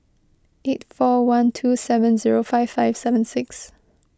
eight four one two seven zero five five seven six